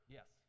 Yes